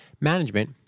management